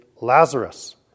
Lazarus